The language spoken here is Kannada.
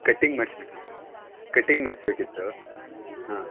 ಕಟ್ಟಿಂಗ್ ಮಾಡ್ಸ್ಬೇಕಿತು ಕಟ್ಟಿಂಗ್ ಮಾಡ್ಸ್ಬೇಕಿತ್ತು ಹಾಂ